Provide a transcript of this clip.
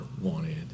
wanted